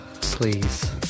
please